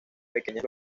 pequeñas